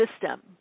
system